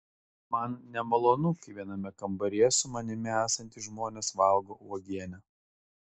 man nemalonu kai viename kambaryje su manimi esantys žmonės valgo uogienę